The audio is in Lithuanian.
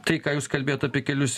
tai ką jūs kalbėjot apie kelius